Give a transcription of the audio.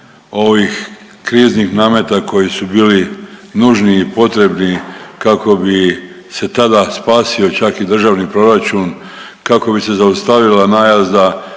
ovih kriznih nameta koji su bili nužni i potrebni kako bi se tada spasio čak i državni proračun, kako bi se zaustavila najazda